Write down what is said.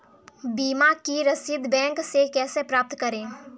बीमा की रसीद बैंक से कैसे प्राप्त करें?